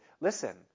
listen